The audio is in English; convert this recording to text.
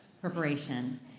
preparation